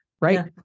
right